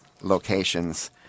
locations